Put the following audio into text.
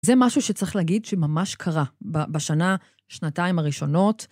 זה משהו שצריך להגיד שממש קרה בשנה, שנתיים הראשונות.